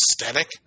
aesthetic